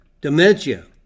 dementia